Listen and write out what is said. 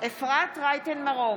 אפרת רייטן מרום,